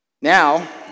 Now